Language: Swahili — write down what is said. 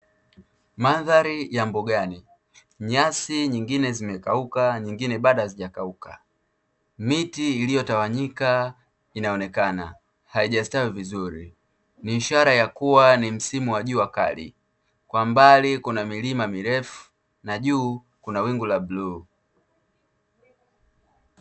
Mandhari ya mbugani, nyasi nyingine zimekauka nyingine bado hazijakauka, miti iliyo tawanyika inaonekana haijastawi vizuri, ni ishara ya kuwa ni msimu wa jua kali, kwa mbali kuna milima mirefu na juu kuna wingu la buluu.